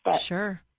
Sure